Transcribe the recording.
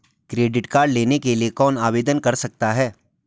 Credit card लेने के लिए कौन आवेदन कर सकता है?